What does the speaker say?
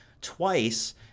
twice